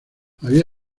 había